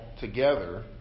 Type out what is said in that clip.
together